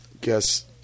guess